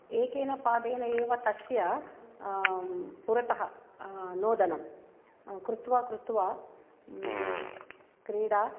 एकेन पादेन एव तस्य पुरतः नोदनं कृत्वा कृत्वा क्रीडा